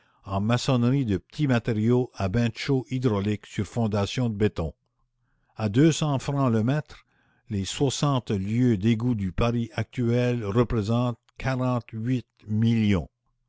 en maçonnerie de petits matériaux à bain de chaux hydraulique sur fondation de béton à deux cents francs le mètre les soixante lieues d'égouts du paris actuel représentent